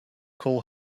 call